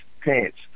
pants